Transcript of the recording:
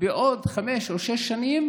בעוד חמש או שש שנים,